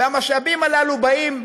והמשאבים הללו באים,